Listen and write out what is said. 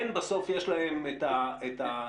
בסוף יש להן את המנגנונים.